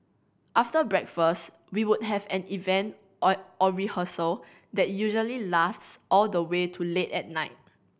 after breakfast we would have an event or or rehearsal that usually lasts all the way to late at night